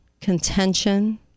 contention